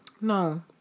No